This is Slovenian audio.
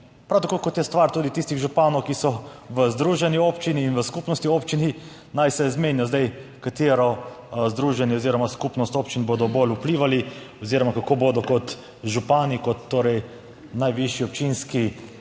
Prav tako kot je stvar tudi tistih županov, ki so v združenju občin in v skupnosti občin naj se zmenijo zdaj katero združenje oziroma skupnost občin bodo bolj vplivali oziroma kako bodo kot župani, kot torej najvišji občinski